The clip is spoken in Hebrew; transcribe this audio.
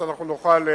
נוכל,